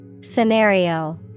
Scenario